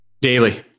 Daily